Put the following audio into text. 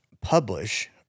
publish